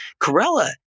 Corella